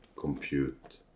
compute